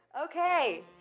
Okay